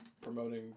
promoting